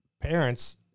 parents